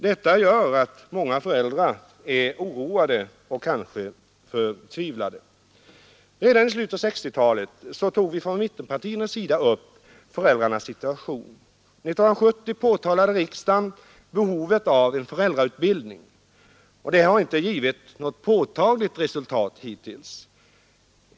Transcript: Detta gör att många föräldrar är oroade och kanske förtvivlade. Redan i slutet av 1960-talet tog vi från mittenpartiernas sida upp föräldrarnas situation. År 1970 framhöll riksdagen behovet av en föräldrautbildning. Detta har inte givit något påtagligt resultat hittills.